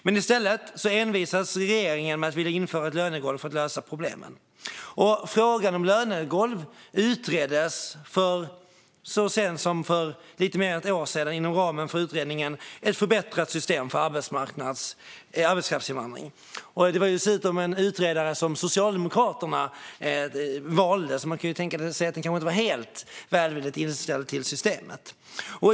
Men i stället envisas regeringen med att vilja införa ett lönegolv för att lösa problemen. Frågan om lönegolv utreddes så sent som för lite mer än ett år sedan inom ramen för utredningen Ett förbättrat system för arbetskraftsinvandring . Det var dessutom en utredare som Socialdemokraterna valde, så man kan tänka sig att den inte var helt välvilligt inställd till systemet.